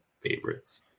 favorites